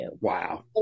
Wow